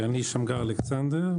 אני שמגר אלכסנדר,